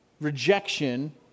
rejection